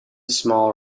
small